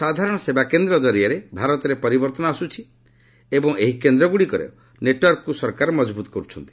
ସାଧାରଣ ସେବା କେନ୍ଦ୍ର ଜରିଆରେ ଭାରତରେ ପରିବର୍ତ୍ତନ ଆସୁଛି ଏବଂ ଏହି କେନ୍ଦ୍ରଗୁଡ଼ିକର ନେଟୱାର୍କକୁ ସରକାର ମଜବୁତ କରିଛନ୍ତି